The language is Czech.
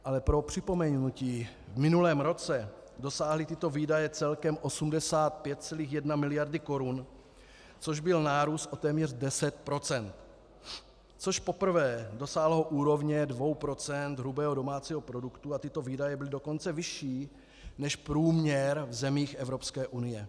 Ale pro připomenutí, v minulém roce dosáhly tyto výdaje celkem 85,1 mld. korun, což byl nárůst o téměř 10 %, což poprvé dosáhlo úrovně 2 % hrubého domácího produktu, a tyto výdaje byly dokonce vyšší než průměru v zemích Evropské unie.